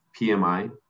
PMI